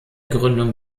gründung